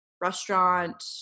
restaurant